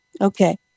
Okay